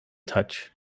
touch